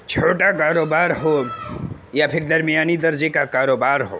چھوٹا کاروبار ہو یا پھر درمیانی درجے کا کاروبار ہو